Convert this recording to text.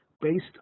based